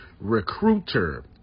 recruiter